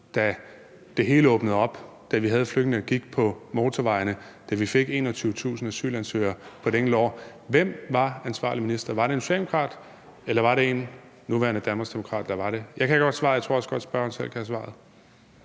da det hele åbnede op, da vi havde flygtninge, der gik på motorvejene, og vi fik 21.000 asylansøgere på et enkelt år. Hvem var ansvarlig minister? Var det en socialdemokrat, eller var det en nuværende Danmarksdemokrat, der var det? Jeg kender godt svaret, og jeg tror også, spørgeren selv